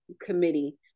committee